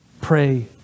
Pray